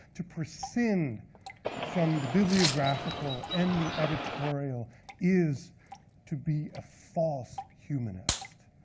to prescind from the bibliographical and the editorial is to be a false humanist.